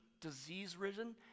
disease-ridden